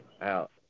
Out